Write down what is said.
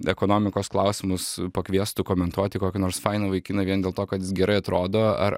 ekonomikos klausimus pakviestų komentuoti kokį nors fainą vaikiną vien dėl to kad jis gerai atrodo ar